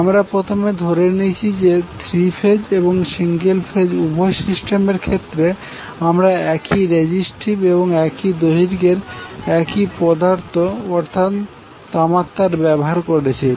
আমরা প্রথমে ধরে নিয়েছি যে থ্রি ফেজ এবং সিঙ্গেল ফেজ উভয় সিস্টেমের ক্ষেত্রে আমরা একই রেজিস্টিভিটি এবং একই দৈর্ঘ্যের একই পদার্থ অর্থাৎ তামার তার ব্যবহার করেছি